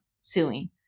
suing